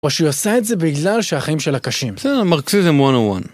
או שהיא עושה את זה בגלל שהחיים שלה קשים. בסדר, מרקזיזם 1 o